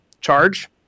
charge